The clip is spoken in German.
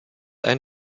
ein